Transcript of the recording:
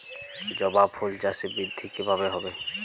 জবা ফুল চাষে বৃদ্ধি কিভাবে হবে?